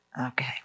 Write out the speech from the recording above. Okay